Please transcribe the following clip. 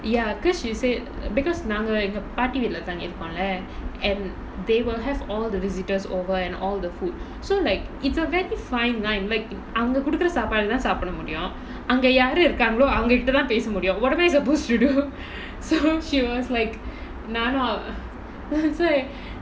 ya because she said because நாங்க எங்க பாட்டி வீட்ல தங்கி இருக்கோல:naanga enga paati veetla thangi irukkola and they will have all the visitors over and all the food so like it's a very fine line like அவங்க குடுக்குற சாப்பாட தான் சாபுட முடியும் அங்க யாரு இருக்காங்களோ அவங்க கிட்ட தான் பேச முடியும்:avanga kudukkura saapaada thaan saapuda mudiyum anga yaaru irukaangalo avanga kitta thaan pesa mudiyum what am I suppose to do so she was like நானு அவ:naanu ava so like